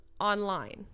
online